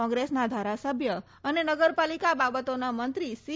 કોંગ્રેસના ધારાસભ્ય અને નગરપાલિકા બાબતોના મંત્રી સી